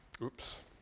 oops